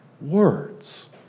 words